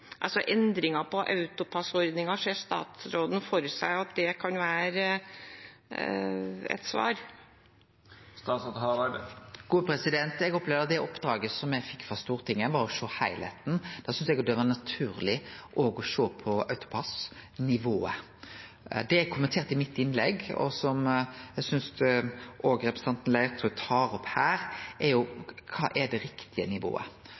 statsråden for seg at det kan være et svar? Eg opplever at det oppdraget som eg fekk frå Stortinget, var å sjå heilskapen. Da syntest eg det var naturleg òg å sjå på AutoPASS-nivået. Det eg kommenterte i innlegget mitt, og som eg synest representanten Leirtrø tar opp her, er: Kva er det riktige nivået?